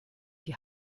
die